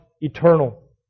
eternal